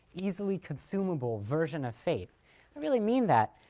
easily consumable version of fate. i really mean that.